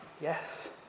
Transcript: Yes